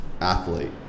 athlete